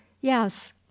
yes